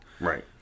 right